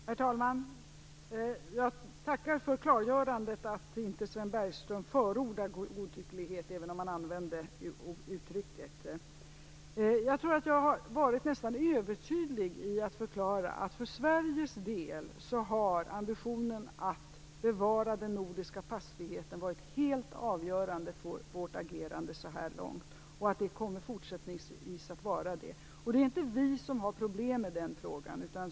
Herr talman! Jag tackar för klargörandet att Sven Bergström inte förordar godtycklighet, även om han använde uttrycket. Jag tror att jag har varit nästan övertydlig när jag har förklarat att ambitionen att bevara den nordiska passfriheten har varit helt avgörande för Sveriges agerande så här långt. Det kommer också fortsättningsvis att vara så. Det är inte vi som har problem med den frågan.